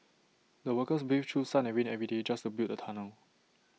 the workers braved through sun and rain every day just to build the tunnel